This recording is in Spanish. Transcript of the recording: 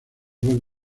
buen